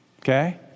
Okay